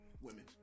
women